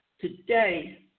today